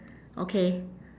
okay